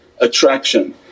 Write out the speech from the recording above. attraction